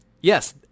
yes